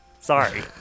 Sorry